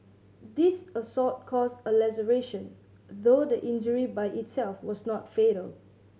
this assault caused a laceration though the injury by itself was not fatal